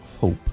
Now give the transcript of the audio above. Hope